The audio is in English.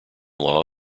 law